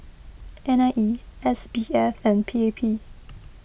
N I E S B F and P A P